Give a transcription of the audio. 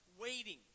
Waiting